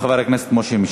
תודה, חבר הכנסת משה מזרחי.